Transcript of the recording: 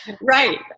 Right